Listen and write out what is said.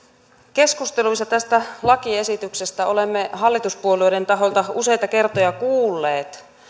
keskusteluissa tästä lakiesityksestä olemme hallituspuolueiden tahoilta useita kertoja kuulleet